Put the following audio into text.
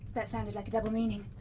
that sounded like a double meaning.